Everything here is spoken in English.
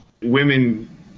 Women